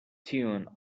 tune